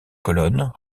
colonnes